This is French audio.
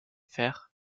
fers